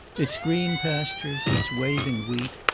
its green pastures, its waving wheat,